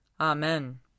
Amen